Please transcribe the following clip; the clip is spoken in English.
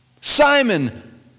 Simon